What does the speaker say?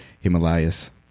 Himalayas